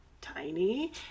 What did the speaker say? tiny